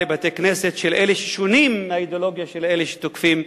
לבתי-כנסת של אלה ששונים באידיאולוגיה מאלה שתוקפים,